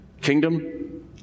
Kingdom